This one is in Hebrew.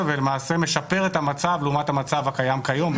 ולמעשה משפר את המצב לעומת המצב הקיים כיום,